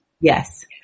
yes